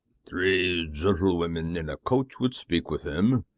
three gentlewomen in a coach would speak with him.